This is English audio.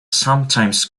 sometimes